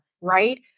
right